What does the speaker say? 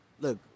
look